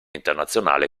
internazionale